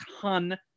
ton